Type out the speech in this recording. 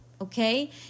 okay